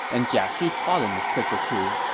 and jia xu taught him a trick or two.